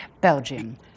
Belgium